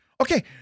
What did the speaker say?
Okay